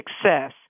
success